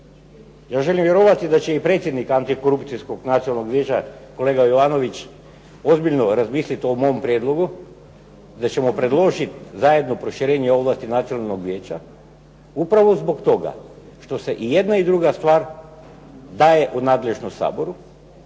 Ja želim vjerovati da će i predsjednik Antikorupcijskog nacionalnog vijeća, kolega Jovanović, ozbiljno razmisliti o mom prijedlogu, da ćemo predložiti zajedno proširenje ovlasti Nacionalnog vijeća, upravo zbog toga što se i jedna i druga stvar daje u nadležnost Saboru.